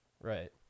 Right